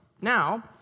Now